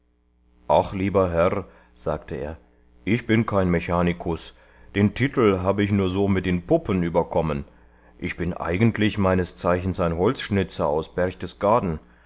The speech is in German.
ach lieber herr sagte er ich bin kein mechanicus den titel hab ich nur so mit den puppen überkommen ich bin eigentlich meines zeichens ein holzschnitzer aus berchtesgaden